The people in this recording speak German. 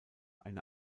eine